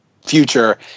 future